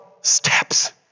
steps